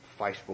Facebook